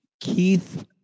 Keith